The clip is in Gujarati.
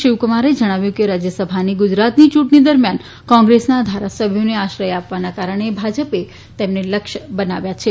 શિવકુમારે જણાવ્યું કે રાજ્ય સભાની ગુજરાતની યૂંટણી દરમિયાન કોંગ્રેસના ધારાસભ્યોને આશ્રય આપવાના કારણે ભાજપે તેમને લક્ષ્ય બનાવ્યા છે